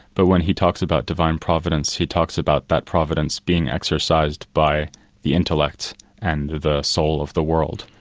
but when he talks about divine providence, he talks about that providence being exercised by the intellect and the soul of the world,